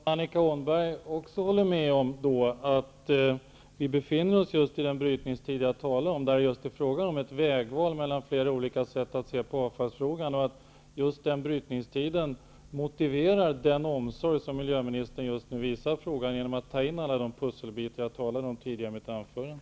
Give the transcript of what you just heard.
Herr talman! Jag förmodar att Annika Åhnberg då också håller med om att vi befinner oss just i den brytningstid som jag talade om och där det är fråga om ett val mellan olika sätt att se på avfallsfrågan och att just den brytningstiden motiverar den omsorg som miljöministern just nu visar frågan genom att ta in alla de pusselbitar som jag talade om i mitt anförande.